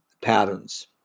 patterns